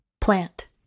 plant